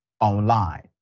online